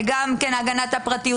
גם כן להגנת הפרטיות,